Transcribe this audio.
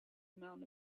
amount